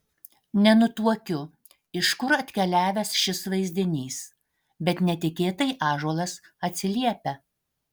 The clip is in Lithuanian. nenutuokiu iš kur atkeliavęs šis vaizdinys bet netikėtai ąžuolas atsiliepia